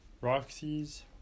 Roxy's